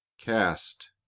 Cast